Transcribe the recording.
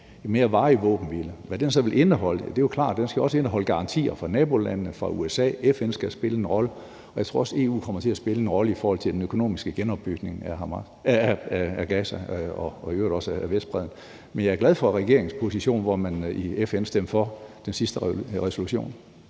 mere varig våbenhvile. I forhold til hvad den så vil indeholde, er det jo klart, at den også skal indholde garantier fra nabolandene og fra USA. FN skal spille en rolle, og jeg tror også, at EU kommer til at spille en rolle i forhold til den økonomiske genopbygning af Gaza og i øvrigt også af Vestbredden. Men jeg er glad for regeringens position, hvor man i FN stemte for den sidste resolution.